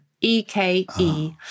E-K-E